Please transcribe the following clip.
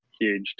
huge